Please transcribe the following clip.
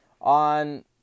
on